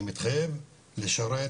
אני מתחייב לשרת